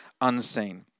unseen